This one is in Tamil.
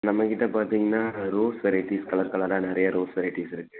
நம்மக்கிட்ட பார்த்தீங்கன்னா ரோஸ் வெரைட்டிஸ் கலர் கலராக நிறைய ரோஸ் வெரைட்டிஸ் இருக்கு